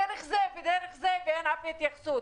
אין אף התייחסות.